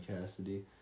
Cassidy